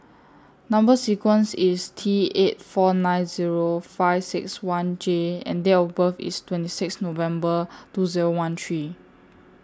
Number sequence IS T eight four nine Zero five six one J and Date of birth IS twenty six November two Zero one three